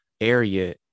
area